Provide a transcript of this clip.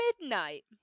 midnight